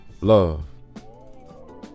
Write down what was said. love